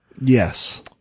Yes